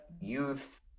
youth